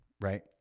right